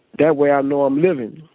that way i know i'm living.